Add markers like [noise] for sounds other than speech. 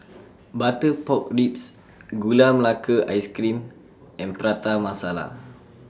[noise] Butter Pork Ribs Gula Melaka Ice Cream and Prata Masala